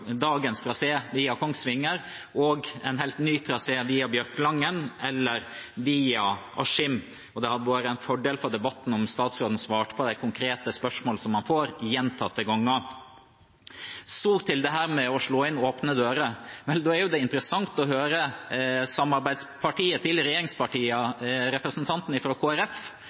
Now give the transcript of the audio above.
dagens trasé via Kongsvinger, en helt ny trasé via Bjørkelangen eller via Askim. Det hadde vært en fordel for debatten om statsråden svarte på de konkrete spørsmålene som han får gjentatte ganger. Så til dette med å slå inn åpne dører. Vel, det er interessant å høre representanten fra samarbeidspartiet til